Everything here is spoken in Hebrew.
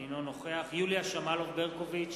אינו נוכח יוליה שמאלוב-ברקוביץ,